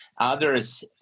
Others